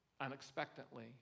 unexpectedly